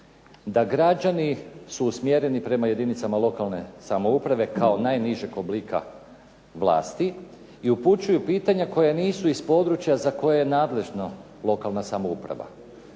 Da građani su usmjereni prema jedinicama lokalne samouprave kao najnižeg oblika vlasti i upućuju pitanja koja nisu iz područja za koje je nadležna lokalna samouprava,